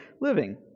living